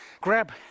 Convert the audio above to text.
grab